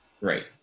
Right